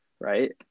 right